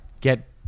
get